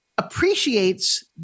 appreciates